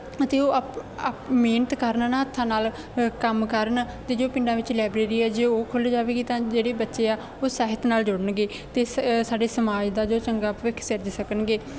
ਅਤੇ ਉਹ ਅਪ ਆਪ ਮਿਹਨਤ ਕਰਨ ਨਾ ਹੱਥਾਂ ਨਾਲ ਕੰਮ ਕਰਨ ਅਤੇ ਜੋ ਪਿੰਡਾਂ ਵਿੱਚ ਲਾਇਬਰੇਰੀ ਆ ਜੇ ਉਹ ਖੁੱਲ੍ਹ ਜਾਵੇਗੀ ਤਾਂ ਜਿਹੜੇ ਬੱਚੇ ਆ ਉਹ ਸਾਹਿਤ ਨਾਲ ਜੁੜਨਗੇ ਅਤੇ ਸ ਸਾਡੇ ਸਮਾਜ ਦਾ ਜੋ ਚੰਗਾ ਭਵਿੱਖ ਸਿਰਜ ਸਕਣਗੇ